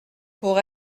pour